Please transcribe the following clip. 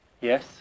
Yes